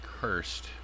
Cursed